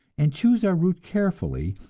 and choose our route carefully,